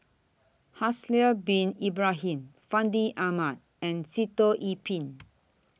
Haslir Bin Ibrahim Fandi Ahmad and Sitoh Yih Pin